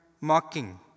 mocking